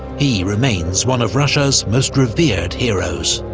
he remains one of russia's most revered heroes.